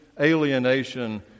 alienation